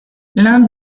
l’un